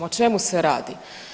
O čemu se radi.